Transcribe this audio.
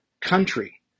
country